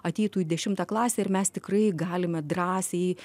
ateitų į dešimtą klasę ir mes tikrai galime drąsiai